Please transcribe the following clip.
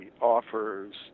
offers